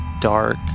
dark